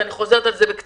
ואני חוזרת על זה בקצרה,